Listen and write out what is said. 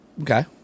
Okay